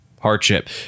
hardship